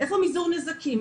איפה מזעור נזקים?